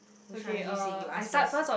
which one do you see you ask first